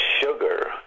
sugar